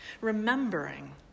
remembering